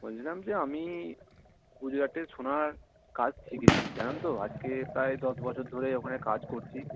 বলছিলাম যে আমি গুজরাটে সোনার কাজ শিখেছি জানেন তো আজকে প্রায় দশ বছর ধরে ওখানে কাজ করছি